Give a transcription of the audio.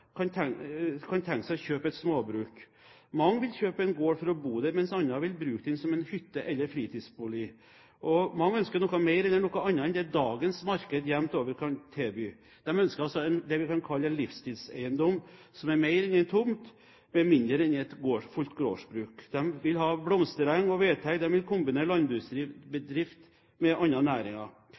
kan tenke seg å kjøpe et småbruk. Mange vil kjøpe en gård for å bo der, mens andre vil bruke den som en hytte eller en fritidsbolig. Mange ønsker noe mer eller noe annet enn det dagens marked jevnt over kan tilby. De ønsker det vi kan kalle en livsstilseiendom, som er mer enn en tomt, men mindre enn et fullt gårdsbruk. De vil ha blomstereng og vedteig, de vil kombinere landbruksdrift med andre næringer.